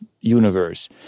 universe